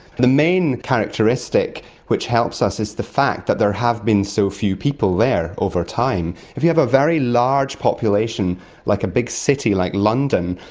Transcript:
the main characteristic which helps us is the fact that there have been so few people there over time. if you have a very large population like a big city like london,